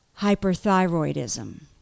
hyperthyroidism